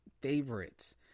favorites